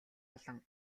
олон